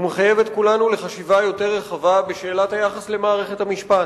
הוא מחייב את כולנו לחשיבה יותר רחבה בשאלת היחס למערכת המשפט.